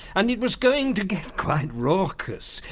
and it was going to get quite raucous.